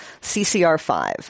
CCR5